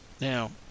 Now